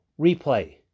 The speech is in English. replay